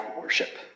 worship